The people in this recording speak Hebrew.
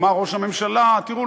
אמר ראש הממשלה: תראו,